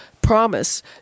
Promise